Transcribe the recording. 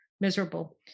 miserable